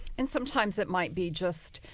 and sometimes it might be just,